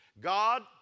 God